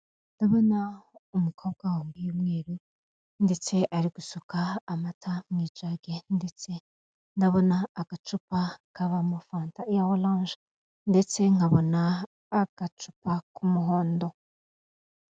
Ndabona umukobwa wambaye umweru ndetse ari gusuka amata mu ijana ndetse ndabona agacupa kabamo fanta orange ndetse nkabona agacupa k'umuhondo .